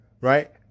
right